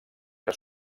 que